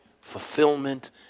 fulfillment